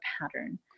pattern